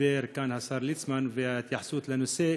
שדיבר כאן השר ליצמן וההתייחסות לנושא.